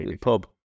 Pub